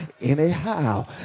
Anyhow